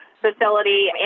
facility